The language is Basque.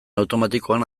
automatikoan